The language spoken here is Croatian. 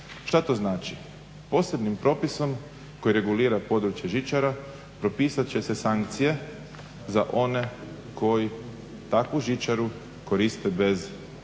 Šta to znači? Posebnim propisom koje regulira područje žičara propisat će se sankcije za one koji takvu žičaru koriste bez koncesije